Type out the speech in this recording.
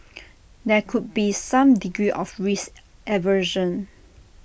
there could be some degree of risk aversion